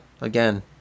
again